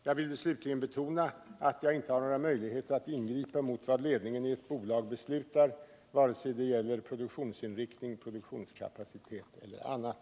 Jag vill slutligen betona att jag inte har några möjligheter att ingripa mot vad ledningen i ett bolag beslutar, vare sig det gäller produktionsinriktning, produktionskapacitet eller annat.